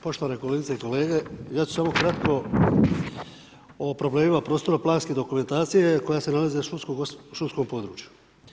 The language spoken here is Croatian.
Poštovane kolegice i kolege, ja ću samo kratko o problemima prostorno-planske dokumentacije koja se nalazi na šumskom području.